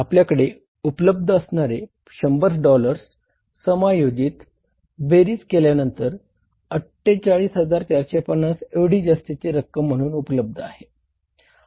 आपल्याकडे उपलब्ध असणारे 100 डॉलर्स समायोजित बेरीज केल्यानंतर 48450 एवढी जास्तीची रक्कम म्हणून उपलब्ध आहे